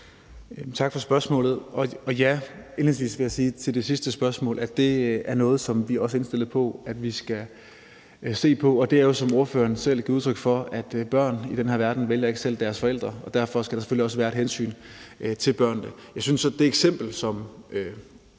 Tak for spørgsmålet. Og ja, indledningsvis vil jeg til det sidste spørgsmål svare, at det er noget, som vi også er indstillet på at vi skal se på, og det er jo, som ordføreren selv giver udtryk for, sådan, at børn i den her verden ikke selv vælger deres forældre, og derfor skal der selvfølgelig også være et hensyn til børnene. Jeg synes så, at det eksempel, som